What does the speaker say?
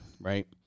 right